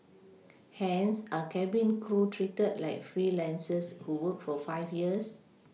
hence are cabin crew treated like freelancers who work for five years